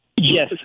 Yes